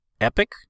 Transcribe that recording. epic